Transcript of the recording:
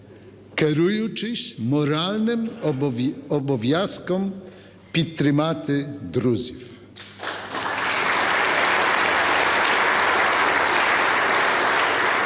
керуючись моральним обов'язком підтримати друзів.